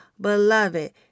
Beloved